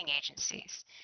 agencies